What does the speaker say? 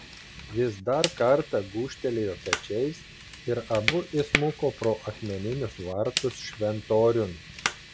jis dar kartą gūžtelėjo pečiais ir abu įsmuko pro akmeninius vartus šventoriun